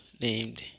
named